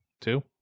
Two